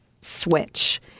switch